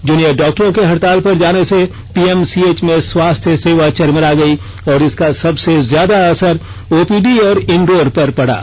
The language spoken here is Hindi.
जूनियर डॉक्टरों के हड़ताल पर जाने से पीएमसीएच में स्वास्थ्य सेवा चरमरा गई इसका सबसे ज्यादा असर ओपीडी और इनडोर पर पड़ा